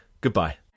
Goodbye